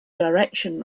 direction